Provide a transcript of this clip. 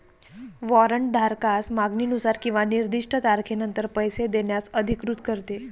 warrant धारकास मागणीनुसार किंवा निर्दिष्ट तारखेनंतर पैसे देण्यास अधिकृत करते